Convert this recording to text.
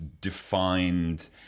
defined